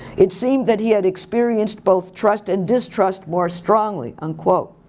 it seemed that he had experienced both trust and distrust more strongly, unquote.